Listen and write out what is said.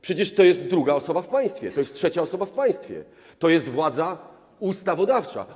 Przecież to jest druga osoba w państwie, to jest trzecia osoba w państwie, to jest władza ustawodawcza.